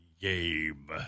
Gabe